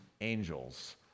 angels